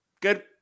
good